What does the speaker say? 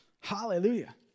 Hallelujah